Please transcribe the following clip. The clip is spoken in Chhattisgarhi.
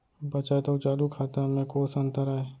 बचत अऊ चालू खाता में कोस अंतर आय?